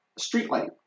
Streetlight